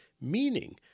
meaning